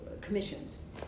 commissions